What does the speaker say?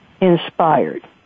inspired